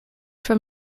from